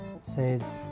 says